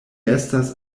estas